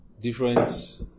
Different